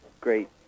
great